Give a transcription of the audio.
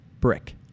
brick